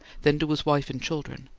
then to his wife and children,